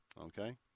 okay